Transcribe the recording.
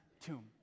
tomb